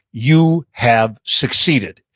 you have succeeded.